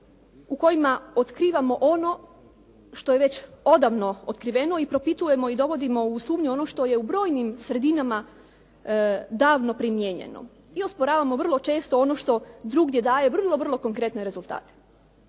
u kojima otkrivamo ono što je već odavno otkriveno i propitujemo i dovodimo u sumnju ono što je u brojnim sredinama davno primijenjeno i osporavamo vrlo često ono što drugdje daje vrlo, vrlo konkretne rezultate.